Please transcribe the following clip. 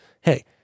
hey